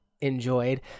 enjoyed